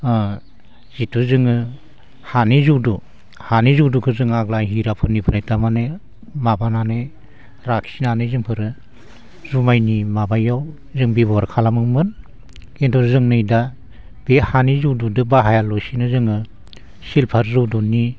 जिथु जोङो हानि जौदु हानि जौदुखौ जोङो आगोल हिराफोरनिफ्राय थारमाने माबानानै लाखिनानै जोंफोरो जुमायनि माबायाव जों बेबहार खालामोमोन खिन्थु जों नै दा बे हानि जौदुजों बाहायालासिनो जोङो सिल्भार जौदुनि